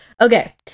okay